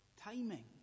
timing